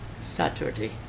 Saturday